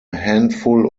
handful